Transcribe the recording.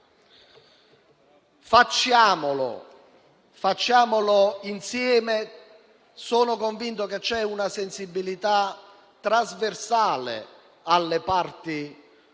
Facciamolo insieme. Sono convinto che vi sia una sensibilità trasversale alle parti